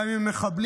גם אם הם מחבלים,